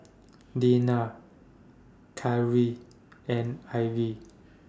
Deanna Kyree and Ivey